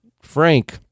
Frank